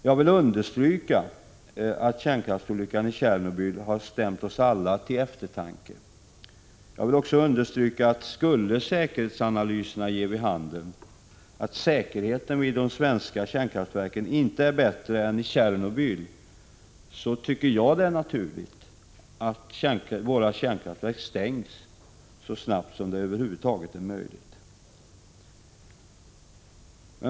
Jag vill understryka att kärnkraftsolyckan i Tjernobyl har stämt oss alla till eftertanke. Jag vill också understryka att om säkerhetsanalyserna skulle ge vid handen att säkerheten vid de svenska kärnkraftverken inte är bättre än i Tjernobyl, tycker jag att det är naturligt att våra kärnkraftverk stängs så snabbt som det över huvud taget är möjligt.